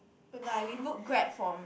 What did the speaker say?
like we book Grab from